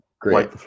Great